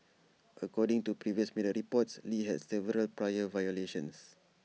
according to previous media reports lee had several prior violations